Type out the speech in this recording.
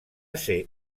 ser